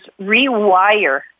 rewire